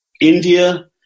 India